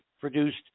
produced